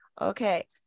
Okay